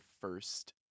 first